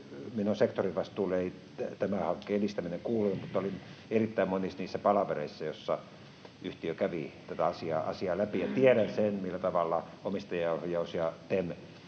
Minun sektorini vastuulle ei tämän hankkeen edistäminen kuulu, mutta olin erittäin monissa niissä palavereissa, joissa yhtiö kävi tätä asiaa läpi. Ja tiedän sen, millä tavalla omistajaohjaus ja TEM